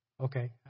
Okay